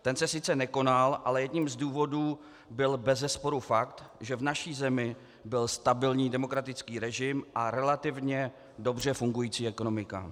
Ten se sice nekonal, ale jedním z důvodů byl bezesporu fakt, že v naší zemi byl stabilní demokratický režim a relativně dobře fungující ekonomika.